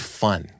fun